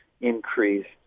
increased